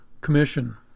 Commission